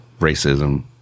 racism